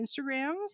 instagrams